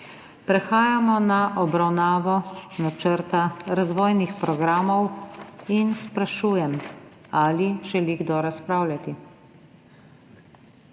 Prehajamo na obravnavo načrta razvojnih programov in sprašujem, ali želi kdo razpravljati.